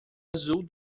azul